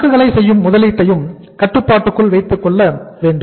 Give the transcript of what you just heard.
சரக்குகளை செய்யும் முதலீட்டையும் கட்டுப்பாட்டுக்குள் வைத்து க்கொள்ள வேண்டும்